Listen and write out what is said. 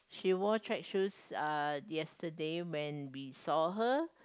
she wore track shoes uh yesterday when we saw her